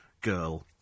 girl